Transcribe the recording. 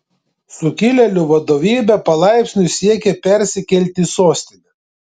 sukilėlių vadovybė palaipsniui siekia persikelti į sostinę